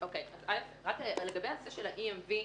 לגבי הנושא של ה-EMV,